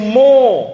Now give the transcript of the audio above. more